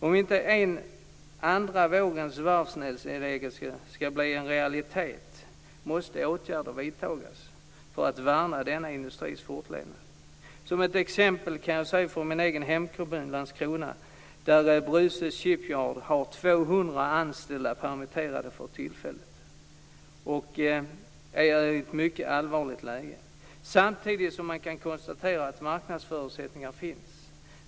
Om inte en andra vågens varvsnedläggelse skall bli en realitet, måste åtgärder vidtas för att värna denna industris fortlevnad. Jag kan ta ett exempel från min egen hemkommun Landskrona. Där har Bruces Shipyard permitterat 200 anställda för tillfället och befinner sig i ett mycket allvarligt läge. Samtidigt kan man konstatera att marknadsförutsättningar finns.